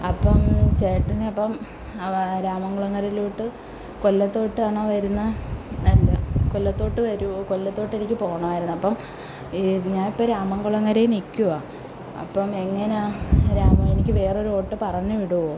അപ്പം ചേട്ടന് അപ്പം അപ്പോൾ രാമൻകുളങ്ങരയിലോട്ട് കൊല്ലത്തോട്ടാണോ വരുന്നത് അല്ല കൊല്ലത്തോട്ട് വരുമോ കൊല്ലത്തോട്ടെനിക്ക് പോവണായിരുന്നു അപ്പം ഈ ഞാൻ ഇപ്പോൾ രാമൻകുളങ്ങരയിൽ നിൽക്കുകയാ അപ്പോൾ എങ്ങനെയാ രാമൻ എനിക്ക് വേറൊരു ഓട്ടോ പറഞ്ഞുവിടുമോ